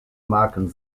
marken